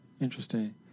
Interesting